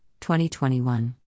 2021